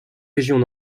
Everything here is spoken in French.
régions